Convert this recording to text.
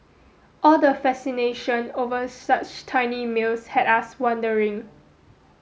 all the fascination over such tiny meals had us wondering